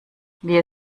wir